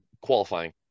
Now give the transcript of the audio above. qualifying